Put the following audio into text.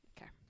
Okay